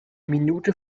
minute